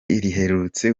riherutse